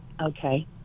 Okay